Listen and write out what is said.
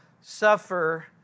suffer